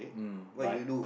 mm but